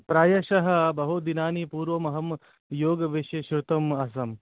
प्रायशः बहुदिनानि पूर्वमहं योग विषये श्रुतम् आसम्